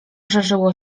żarzyło